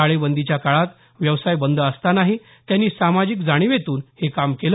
टाळेबंदीच्या काळात व्यवसाय बंद असतानाही त्यांनी सामाजिक जाणिवेतून हे काम केलं